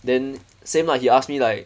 then same lah he ask me like